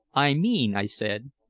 i mean, i said,